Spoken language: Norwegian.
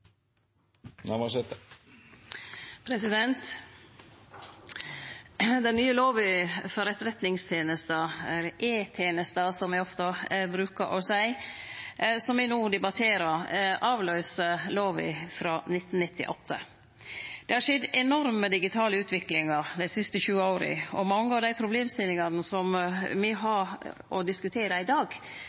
Den nye lova om Etterretningstenesta – eller E-tenesta, som me også bruker å seie – som me no debatterer, avløyser lova frå 1998. Det har skjedd ei enorm digital utvikling dei siste 20 åra, og mange av dei problemstillingane som me har å diskutere i dag,